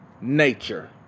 nature